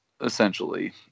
Essentially